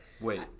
Wait